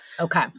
Okay